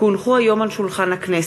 כי הונחו היום על שולחן הכנסת,